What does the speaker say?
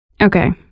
Okay